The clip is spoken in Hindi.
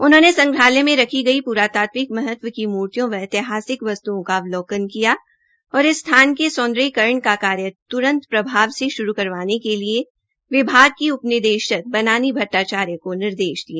उन्होंने संग्रहालय में रखी गई पुरातात्विक महत्व की मूर्तियों व ऐतिहासिक वस्तुओं का अवलोकन किया और इस स्थान के सौंदर्यीकरण का कार्य तुरंत प्रभाव से शुरू करवाने के विभाग की उप निदेशक बनानी भट्टाचार्य को निर्देश दिए